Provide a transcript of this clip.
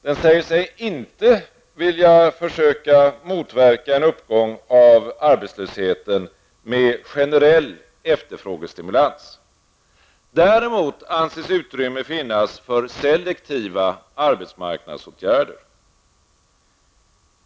Den säger sig inte vilja försöka motverka en uppgång av arbetslösheten med generell efterfrågestimulans. Däremot anses utrymme finnas för selektiva arbetsmarknadsåtgärder.